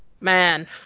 man